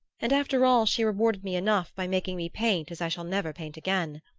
and after all she rewarded me enough by making me paint as i shall never paint again!